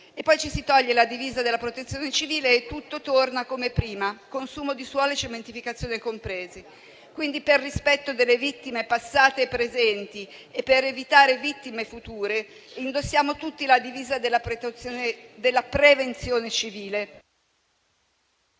Poi ci si toglie la divisa della Protezione civile e tutto torna come prima, consumo di suolo e cementificazione compresi. Pertanto, per rispetto delle vittime passate presenti e per evitare vittime future, indossiamo tutti la divisa della prevenzione civile.